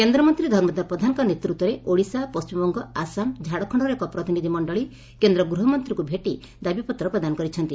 କେନ୍ଦ୍ରମନ୍ତୀ ଧର୍ମେନ୍ଦ୍ର ପ୍ରଧାନଙ୍କ ନେତୂତ୍ୱରେ ଓଡ଼ିଶା ପଣ୍ଟିମବଙ୍ଗ ଆସାମ ଝାଡ଼ଖଣର ଏକ ପ୍ରତିନିଧି ମଣ୍ଣଳୀ କେନ୍ଦ୍ର ଗୂହମନ୍ତୀଙ୍କୁ ଭେଟି ଦାବିପତ୍ର ପ୍ରଦାନ କରିଛନ୍ତି